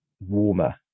warmer